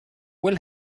will